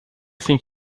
think